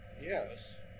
Yes